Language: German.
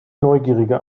neugierige